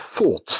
thought